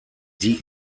die